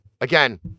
again